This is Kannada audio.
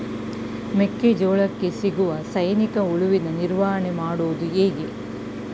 ಮೆಕ್ಕೆ ಜೋಳಕ್ಕೆ ಬೀಳುವ ಸೈನಿಕ ಹುಳುವಿನ ನಿರ್ವಹಣೆ ಮಾಡುವುದು ಹೇಗೆ?